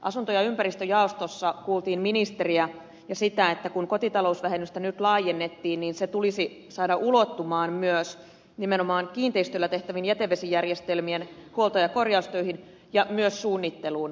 asunto ja ympäristöjaostossa kuultiin ministeriä ja sitä että kun kotitalousvähennystä nyt laajennettiin niin se tulisi saada ulottumaan myös nimenomaan kiinteistöillä tehtäviin jätevesijärjestelmien huolto ja korjaustöihin ja myös suunnitteluun